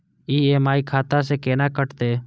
EMI खाता से केना कटते?